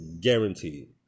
guaranteed